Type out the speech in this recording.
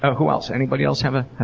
ah who else? anybody else have a?